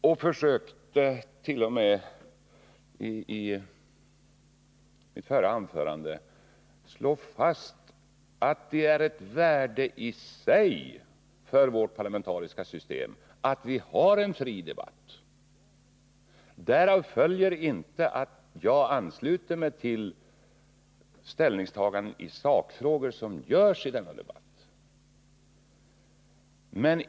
Jag försökte t.o.m. i mitt förra anförande slå fast att det är ett värde i sig för vårt parlamentariska system att vi har en fri debatt. Därav följer inte att jag ansluter mig till ställningstaganden i sakfrågor som görsi denna debatt.